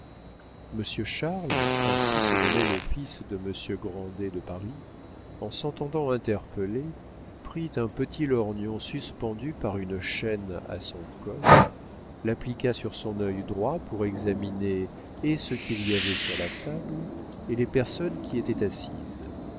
monsieur charles ainsi se nommait le fils de monsieur grandet de paris en s'entendant interpeller prit un petit lorgnon suspendu par une chaîne à son col l'appliqua sur son œil droit pour examiner et ce qu'il y avait sur la table et les personnes qui y étaient assises